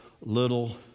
little